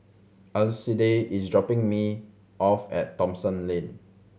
Alcide is dropping me off at Thomson Lane